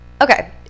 Okay